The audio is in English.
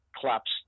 collapsed